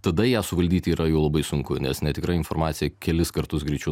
tada ją suvaldyti yra jų labai sunku nes netikra informacija kelis kartus greičiau